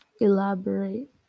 Elaborate